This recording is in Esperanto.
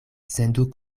sendu